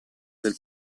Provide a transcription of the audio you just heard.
del